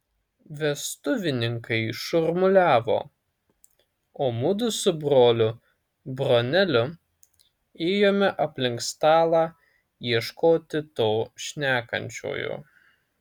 vestuvininkai šurmuliavo o mudu su broliu broneliu ėjome aplink stalą ieškoti to šnekančiojo